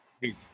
please